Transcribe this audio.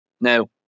Now